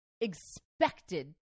expected